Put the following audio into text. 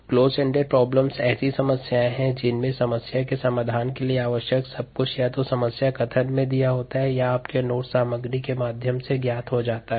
close ended समस्याएँ एक ऐसी समस्या हैं जिनमें समस्या के समाधान के लिए आवश्यक सब कुछ या तो समस्या कथन में दिया होता है या आपके पाठ्य सामग्री के माध्यम से ज्ञात हो जाता है